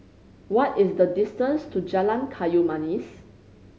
what is the distance to Jalan Kayu Manis